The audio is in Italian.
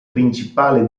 principale